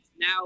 now